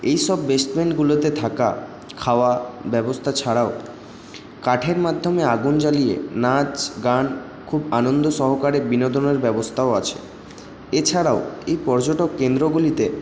এইসব বেসমেন্টগুলোতে থাকা খাওয়া ব্যবস্থা ছাড়াও কাঠের মাধ্যমে আগুন জ্বালিয়ে নাচ গান খুব আনন্দ সহকারে বিনোদনের ব্যবস্থাও আছে এছাড়াও এই পর্যটক কেন্দ্রগুলিতে